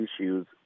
issues